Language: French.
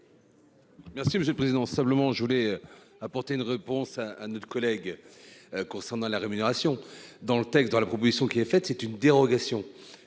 Merci Monsieur le Président, simplement je voulais apporter une réponse à notre collègue concernant la rémunération dans le texte dans la proposition qui est faite c'est une dérogation,